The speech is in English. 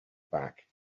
back